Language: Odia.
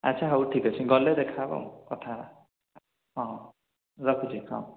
ଆଚ୍ଛା ହଉ ଠିକ୍ ଅଛି ଗଲେ ଦେଖା ହେବା ଆଉ କଥା ହେବା ହଁ ରଖୁଛି ହଁ